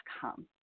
come